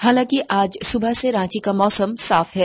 हालांकि आज सुबह से रांची का मौसम साफ है